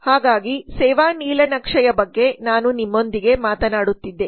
ಹಾಗಾಗಿ ಸೇವಾ ನೀಲನಕ್ಷೆಯ ಬಗ್ಗೆ ನಾನು ನಿಮ್ಮೊಂದಿಗೆ ಮಾತನಾಡುತ್ತಿದ್ದೆ